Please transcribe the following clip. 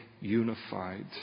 unified